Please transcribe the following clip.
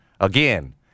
again